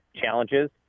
challenges